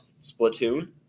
Splatoon